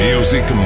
Music